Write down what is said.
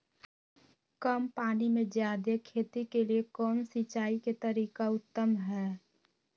कम पानी में जयादे खेती के लिए कौन सिंचाई के तरीका उत्तम है?